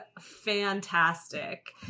fantastic